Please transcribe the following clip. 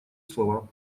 слова